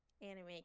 Anime